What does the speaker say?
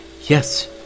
Yes